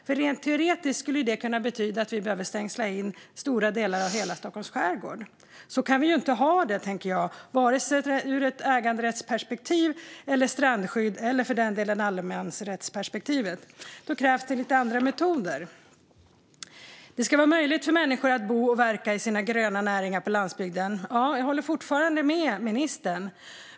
Rent teoretiskt skulle det kunna betyda att vi behöver stängsla in stora delar av Stockholms skärgård. Så kan vi inte ha det ur vare sig ett äganderätts, ett strandskydds eller ett allemansrättsperspektiv. Då krävs det lite andra metoder. Det ska vara möjligt för människor att bo och verka i sina gröna näringar på landsbygden. Ja, jag håller fortfarande med ministern.